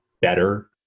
better